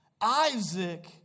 Isaac